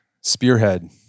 Spearhead